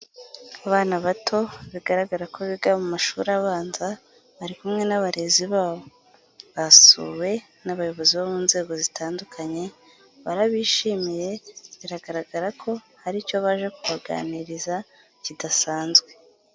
Abana bato bigaragara ko biga mu mashuri abanza bari kumwe n'abarezi babo. Basuwe n'abayobozi bo mu nzego zitandukanye barabishimiye biragaragara ko hari icyo baje kubaganiriza kidasanzwe.